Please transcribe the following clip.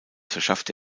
verschaffte